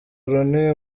rooney